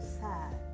sad